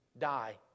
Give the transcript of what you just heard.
die